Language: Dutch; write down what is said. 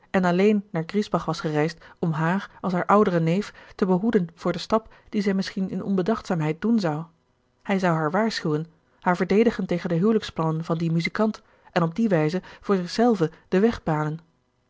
en alleen naar griesbach was gereisd om haar als haar oudere neef te behoeden voor den stap dien zij misschien in onbedachtzaamheid doen zou hij zou haar waarschuwen haar verdedigen tegen de huwelijksplannen van dien muzikant en op die wijze voor zich zelven den weg banen